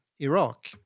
Iraq